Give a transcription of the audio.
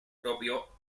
propio